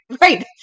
Right